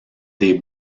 des